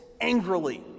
angrily